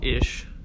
Ish